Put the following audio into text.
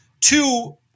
two